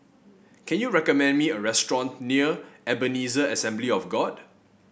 can you recommend me a restaurant near Ebenezer Assembly of God